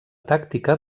tàctica